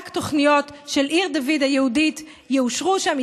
רק תוכניות של עיר דוד היהודית יאושרו שם,